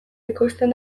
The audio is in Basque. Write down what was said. ekoizten